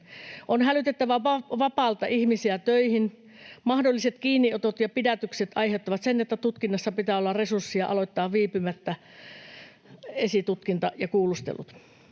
On hälytettävä vapaalta ihmisiä töihin. Mahdolliset kiinniotot ja pidätykset aiheuttavat sen, että tutkinnassa pitää olla resurssia aloittaa viipymättä esitutkinta ja kuulustelut.